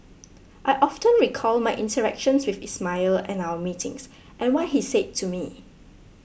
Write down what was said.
I often recall my interactions with Ismail and our meetings and what he said to me